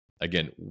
Again